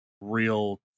real